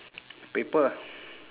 paper ah